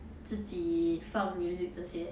自己放 music 这些